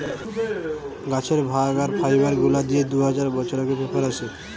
গাছের ভাগ আর ফাইবার গুলা দিয়ে দু হাজার বছর আগে পেপার আসে